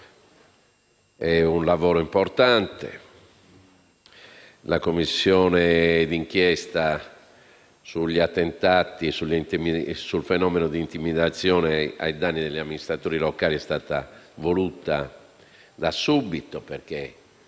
un lavoro importante. La Commissione d'inchiesta sugli attentati e sul fenomeno delle intimidazioni ai danni degli amministratori locali è stata voluta da subito.